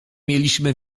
mieliśmy